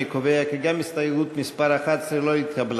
אני קובע כי גם הסתייגות מס' 11 לא התקבלה.